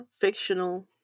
fictional